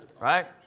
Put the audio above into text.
Right